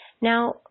Now